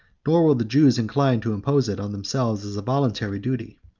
nor were the jews inclined to impose it on themselves as a voluntary duty.